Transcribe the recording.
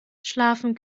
schlafen